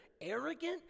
arrogant